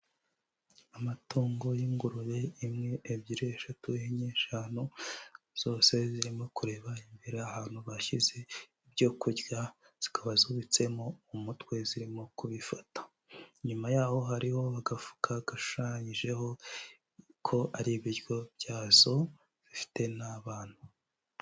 Amatungo y'ingurube imwe, ebyiri, eshatu, enye, eshanu, zose zirimo kureba imbere ahantu bashyize ibyo kurya, zikaba zubabitsemo umutwe zirimo kubifata. Inyuma yaho hariho agafuka gashushanyijeho ko ari ibiryo byazo, ifite n'abana.